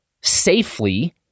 safely